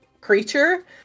creature